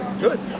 Good